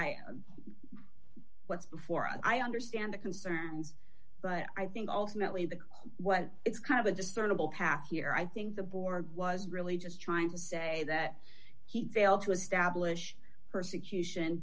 what's before i understand the concerns but i think ultimately the cause what it's kind of a discernable path here i think the board was really just trying to say that he failed to establish persecution